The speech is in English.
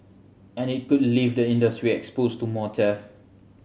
and it could leave the industry exposed to more theft